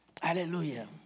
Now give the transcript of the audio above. Hallelujah